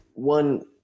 One